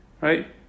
right